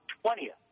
twentieth